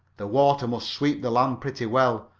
the water must sweep the land pretty well,